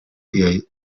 tiaj